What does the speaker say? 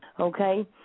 Okay